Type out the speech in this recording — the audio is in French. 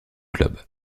club